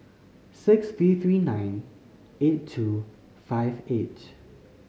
six three three nine eight two five eight